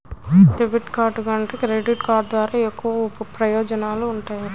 debit card కంటే credit card ద్వారా ఎక్కువ ప్రయోజనాలు వుంటయ్యి